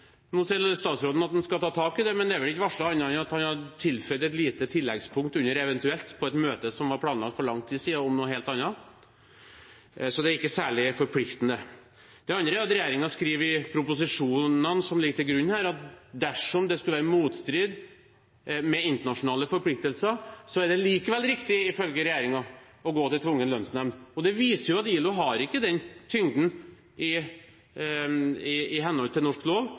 Nå sier statsråden at han skal ta tak i det, men det er ikke varslet annet enn at han har tilføyd et lite tilleggspunkt under eventuelt på et møte som var planlagt for lang tid siden om noe helt annet. Så det er ikke særlig forpliktende. Det andre er at regjeringen skriver i proposisjonene som ligger til grunn her, at dersom det skulle være motstrid med internasjonale forpliktelser, er det likevel riktig, ifølge regjeringen, å gå til tvungen lønnsnemnd. Det viser at ILO ikke har den tyngden i henhold til norsk lov